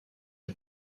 les